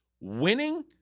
winning